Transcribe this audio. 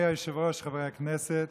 חברי הכנסת,